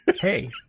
Hey